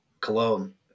Cologne